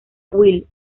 will